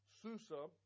Susa